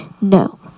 No